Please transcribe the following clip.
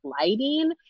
lighting